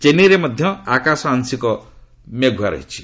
ଚେନ୍ନାଇରେ ମଧ୍ୟ ଆକାଶ ଆଂଶିକ ମେଘୁଆ ରହିଛି